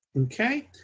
okay.